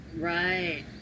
Right